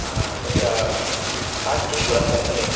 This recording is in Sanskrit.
तत्र काञ्चीपुरं वर्तते